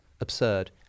absurd